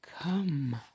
come